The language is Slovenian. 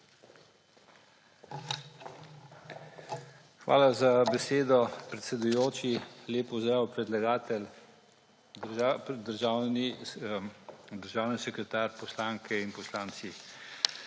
Hvala za besedo, predsedujoči. Lep pozdrav, predlagatelj, državni sekretar, poslanke in poslanci!